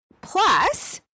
Plus